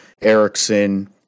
erickson